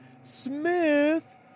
Smith